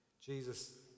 Jesus